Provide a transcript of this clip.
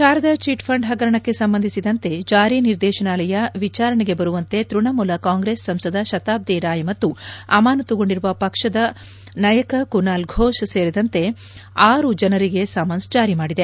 Sharada chit fund ಹಗರಣಕ್ಕೆ ಸಂಬಂಧಿಸಿದಂತೆ ಜಾರಿ ನಿರ್ದೇಶನಾಲಯ ವಿಚಾರಣಗೆ ಬರುವಂತೆ ತೃಣಮೂಲ ಕಾಂಗ್ರೆಸ್ ಸಂಸದ ಶತಾಬ್ದಿ ರಾಯ್ ಮತ್ತು ಅಮಾನತುಗೊಂಡಿರುವ ಪಕ್ಷದ ನಾಯಕ ಕುನಾಲ್ ಘೋಷ್ ಸೇರಿದಂತೆ ಆರು ಜನರಿಗೆ ಸಮನ್ಪ್ ನಿಡಿದೆ